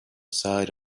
side